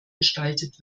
gestaltet